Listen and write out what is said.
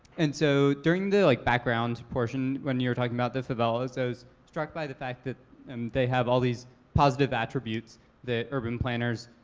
and so during the like background portion when you were talking about the favelas, i was struck by the fact that they have all these positive attributes that urban planners,